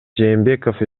жээнбеков